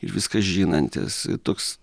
ir viską žinantis toks